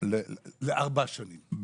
לארבע שנים.